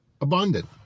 abundant